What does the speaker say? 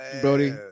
Brody